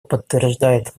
подтверждает